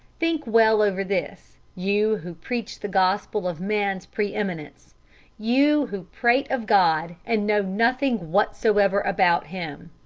think well over this you who preach the gospel of man's pre-eminence you who prate of god and know nothing whatsoever about him!